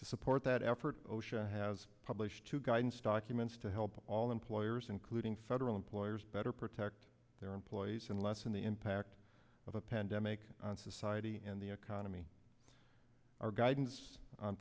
to support that effort osha has published two guidance documents to help all employers including federal employers better protect their employees and lessen the impact of a pandemic on society and the economy our guidance on